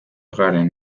garen